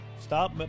stop